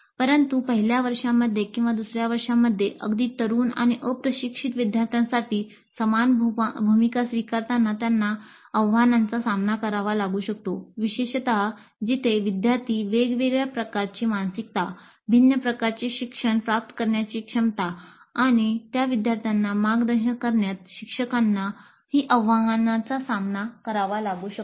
परंतु पहिल्या वर्षामध्ये किंवा दुसर्या वर्षामध्ये अगदी तरूण आणि अप्रशिक्षित विद्यार्थ्यांसाठी समान भूमिका स्वीकारताना त्यांना आव्हानांचा सामना करावा लागू शकतो विशेषतः जिथे विद्यार्थी वेगवेगळ्या प्रकारची मानसिकता भिन्न प्रकारची शिक्षण प्राप्त करण्याची क्षमता आणि त्या विद्यार्थ्यांना मार्गदर्शन करण्यात शिक्षकांनाही आव्हानांचा सामना करावा लागू शकतो